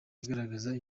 igaragaza